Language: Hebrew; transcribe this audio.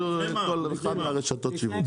כל אחת מרשתות השיווק.